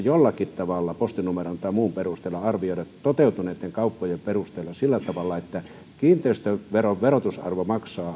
jollakin tavalla postinumeron tai muun perusteella toteutuneiden kauppojen perusteella arvioida sillä tavalla että kiinteistöveron verotusarvo